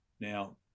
Now